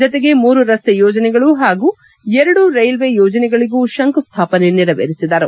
ಜತೆಗೆ ಮೂರು ರಸ್ತೆ ಯೋಜನೆಗಳು ಹಾಗೂ ಎರಡು ರೈಲ್ವೆ ಯೋಜನೆಗಳಿಗೂ ಶಂಕುಸ್ದಾಪನೆ ನೆರವೇರಿಸಿದರು